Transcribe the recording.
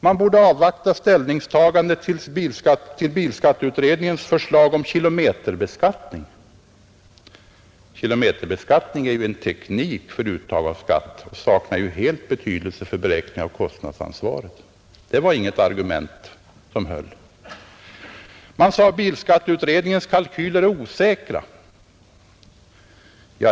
Man borde avvakta ställningstagandet till bilskatteutredningens förslag om kilometerbeskattning. Kilometerbeskattning är en teknik för uttag av skatt och saknar helt betydelse för beräkning av kostnadsansvaret. Det var inget argument som höll. 3. Bilskatteutredningens kalkyler var osäkra.